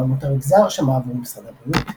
והעמותה ריכזה הרשמה עבור משרד הבריאות.